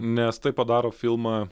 nes tai padaro filmą